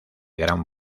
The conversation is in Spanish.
gran